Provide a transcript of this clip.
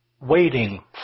waiting